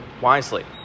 wisely